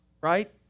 right